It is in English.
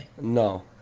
no